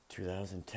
2010